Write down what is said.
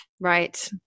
right